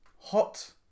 Hot